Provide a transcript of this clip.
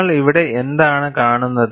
നിങ്ങൾ ഇവിടെ എന്താണ് കാണുന്നത്